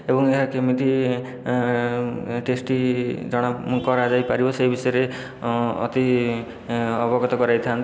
ଏବଂ ଏହା କେମିତି ଟେଷ୍ଟି ଜଣା କରାଯାଇପାରିବ ସେଇ ବିଷୟରେ ଅତି ଅବଗତ କରାଇ ଥାଆନ୍ତି